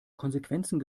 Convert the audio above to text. konsequenzen